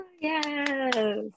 yes